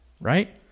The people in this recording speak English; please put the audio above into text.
right